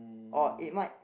or it might